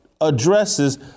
addresses